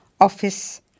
Office